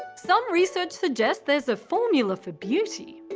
some research suggests there's a formula for beauty.